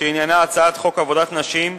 הצעת חוק עבודת נשים (תיקון,